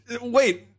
Wait